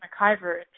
McIver